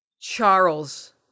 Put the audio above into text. Charles